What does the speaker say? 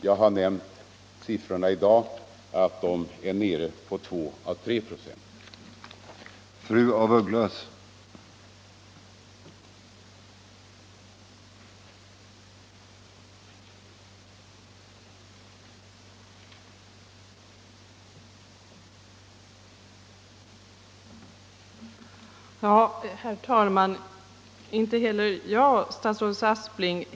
Jag har nämnt att siffrorna i dag är nere på 2 å 3 96.